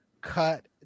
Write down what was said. cut